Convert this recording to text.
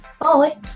bye